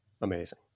amazing